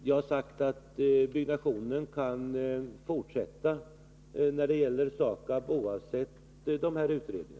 Jag har sagt att byggnationen när det gäller SAKAB kan fortsätta oavsett dessa utredningar.